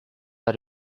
are